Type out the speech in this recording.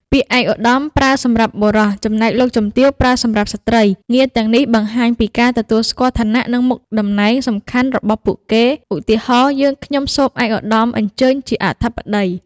ពាក្យ ឯកឧត្តម ប្រើសម្រាប់បុរស ចំណែក លោកជំទាវ ប្រើសម្រាប់ស្ត្រី ងារទាំងនេះបង្ហាញពីការទទួលស្គាល់ឋានៈ និងមុខតំណែងសំខាន់របស់ពួកគេ ឧទាហរណ៍ យើងខ្ញុំសូមឯកឧត្តមអញ្ជើញជាអធិបតី។